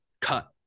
cut